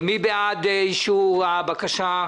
מי בעד אישור הבקשה?